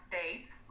dates